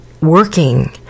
working